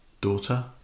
daughter